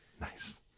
Nice